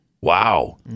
Wow